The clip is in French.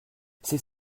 c’est